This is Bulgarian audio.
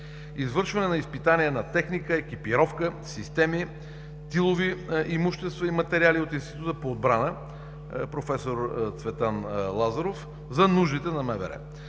извършване на изпитания на техника, екипировка, системи, тилови имущества и материали от Института по отбрана „Професор Цветан Лазаров“ за нуждите на МВР;